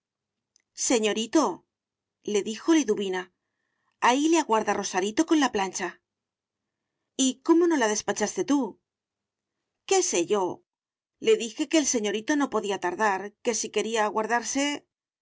mano señoritole dijo liduvina ahí le aguarda rosarito con la plancha y cómo no la despachaste tú qué sé yo le dije que el señorito no podía tardar que si quería aguardarse